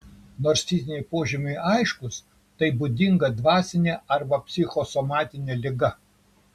nors fiziniai požymiai aiškūs tai būdinga dvasinė arba psichosomatinė liga